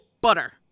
Butter